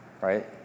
right